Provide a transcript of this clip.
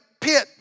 pit